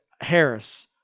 Harris